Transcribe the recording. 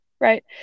right